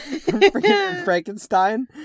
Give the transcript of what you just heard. Frankenstein